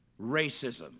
racism